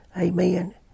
Amen